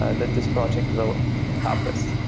ah that this project will help us.